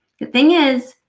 the thing is,